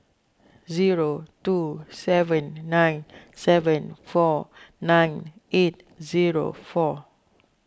zero two seven nine seven four nine eight zero four